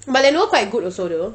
but lenovo quite good also though